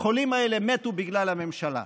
החולים האלה מתו בגלל הממשלה.